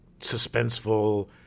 suspenseful